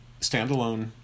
standalone